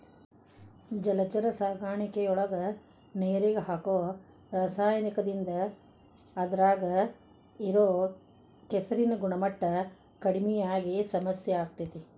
ಜಲಚರ ಸಾಕಾಣಿಕೆಯೊಳಗ ನೇರಿಗೆ ಹಾಕೋ ರಾಸಾಯನಿಕದಿಂದ ಅದ್ರಾಗ ಇರೋ ಕೆಸರಿನ ಗುಣಮಟ್ಟ ಕಡಿಮಿ ಆಗಿ ಸಮಸ್ಯೆ ಆಗ್ತೇತಿ